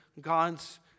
God's